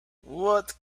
what